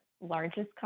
largest